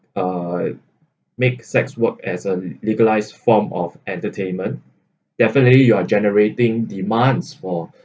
uh make sex work as a legalised form of entertainment definitely you are generating demands for